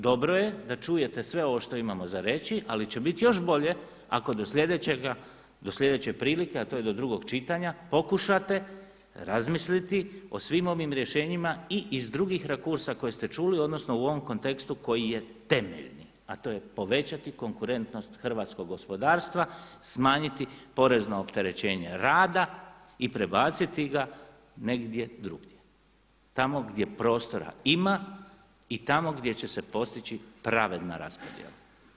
Dobro je da čujete sve ovo što imamo za reći, ali će biti još bolje, ako do sljedeće prilike, a to je do drugog čitanja pokušate razmisliti o svim ovim rješenjima i iz drugih rakursa koje ste čuli, odnosno u ovom kontekstu koji je temeljni, a to je povećati konkurentnost hrvatskog gospodarstva, smanjiti porezna opterećenja rada i prebaciti ga negdje drugdje tamo gdje prostora ima i tamo gdje će se postići pravedna raspodjela.